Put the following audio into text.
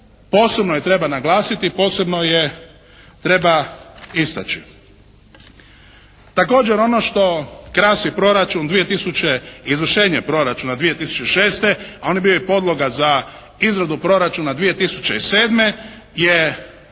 Posebno je treba naglasiti, posebno je treba istaći. Također ono što krasi proračun 2000., izvršenje proračuna 2006. a on je bio i podloga za izradu proračuna 2007. je